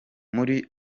muri